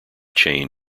chain